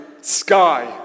sky